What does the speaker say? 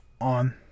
on